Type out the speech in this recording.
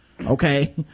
Okay